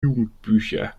jugendbücher